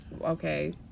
Okay